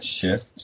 shift